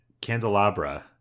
candelabra